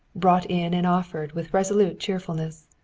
brought in and offered with resolute cheerfulness.